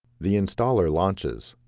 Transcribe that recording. the installer launches.